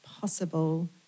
possible